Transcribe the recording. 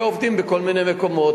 שעובדים בכל מיני מקומות.